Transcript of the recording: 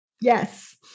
Yes